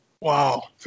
Wow